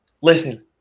Listen